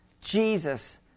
Jesus